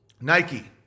Nike